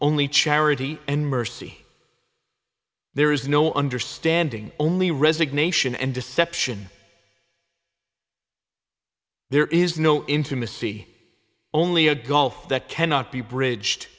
only charity and mercy there is no understanding only resignation and deception there is no intimacy only a gulf that cannot be bridged